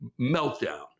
meltdown